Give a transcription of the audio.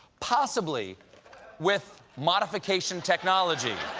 possibly with modification technology.